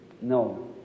No